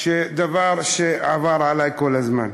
דבר שעבר עלי כל הזמן.